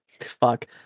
Fuck